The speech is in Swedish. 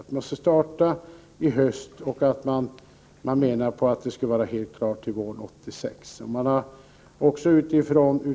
Den skall starta i höst och vara helt klar till våren 1986.